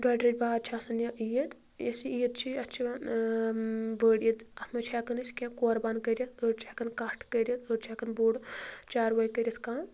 ڈۄڑِ رٮ۪تھ باد چھِ آسان یہِ عیٖد یۄس یہِ عیٖد چھِ یَتھ چھِ یِوان بٕڈ عیٖد اَتھ منٛز چھِ ہٮ۪کان أسۍ کینٛہہ قۄربان کٔرِتھ أڑۍ چھِ ہٮ۪کان کَٹھ کٔرِتھ أڑۍ چھِ ہٮ۪کان بوٚڈ چاروٲے کٔرِتھ کانٛہہ